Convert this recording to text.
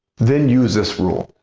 then use this rule.